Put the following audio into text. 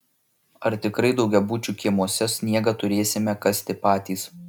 ar tikrai daugiabučių kiemuose sniegą turėsime kasti patys